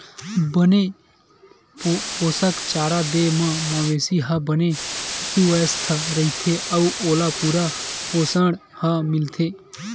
बने पोसक चारा दे म मवेशी ह बने सुवस्थ रहिथे अउ ओला पूरा पोसण ह मिलथे